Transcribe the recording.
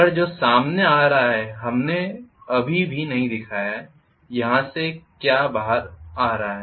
अगला जो सामने आ रहा है हमने अभी भी नहीं दिखाया है कि यहाँ से क्या बाहर आ रहा है